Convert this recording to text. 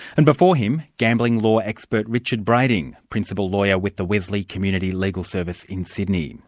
and before him, gambling law expert richard brading, principal lawyer with the wesley community legal service in sydney.